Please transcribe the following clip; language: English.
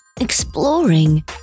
Exploring